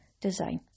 design